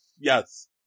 Yes